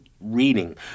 reading